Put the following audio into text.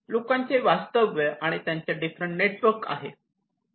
लोकांचे वास्तव्य आणि त्यांचे डिफरंट नेटवर्क आहे